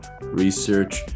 research